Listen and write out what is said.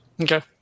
Okay